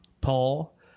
Paul